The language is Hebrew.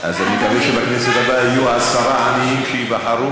אז אני מקווה שבכנסת הבאה יהיו עשרה עניים שייבחרו,